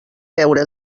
veure